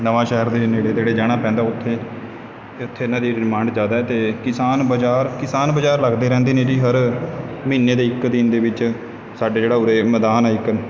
ਨਵਾਂ ਸ਼ਹਿਰ ਦੇ ਨੇੜੇ ਤੇੜੇ ਜਾਣਾ ਪੈਂਦਾ ਉੱਥੇ ਉੱਥੇ ਇਹਨਾਂ ਦੀ ਰਿਮਾਂਡ ਜ਼ਿਆਦਾ ਹੈ ਅਤੇ ਕਿਸਾਨ ਬਾਜ਼ਾਰ ਕਿਸਾਨ ਬਾਜ਼ਾਰ ਲੱਗਦੇ ਰਹਿੰਦੇ ਨੇ ਜੀ ਹਰ ਮਹੀਨੇ ਦੇ ਇੱਕ ਦਿਨ ਦੇ ਵਿੱਚ ਸਾਡੇ ਜਿਹੜਾ ਉਰੇ ਮੈਦਾਨ ਹੈ ਇੱਕ